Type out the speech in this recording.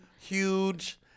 huge